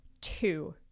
two